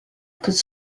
could